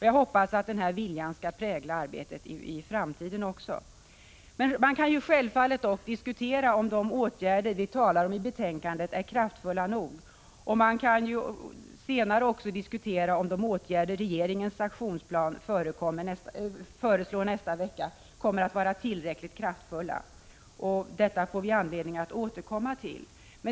Jag hoppas att den viljan skall prägla arbetet i framtiden också. Man kan dock självfallet diskutera om de åtgärder vi talar om i betänkandet är kraftfulla nog. Man kan senare också diskutera om de åtgärder regeringen i sin aktionsplan föreslår i nästa vecka kommer att vara tillräckligt kraftfulla. Detta får vi anledning att återkomma till.